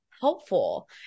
helpful